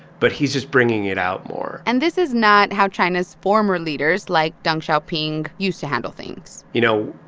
but he's just bringing it out more and this is not how china's former leaders, like deng xiaoping, used to handle things you know,